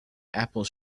apple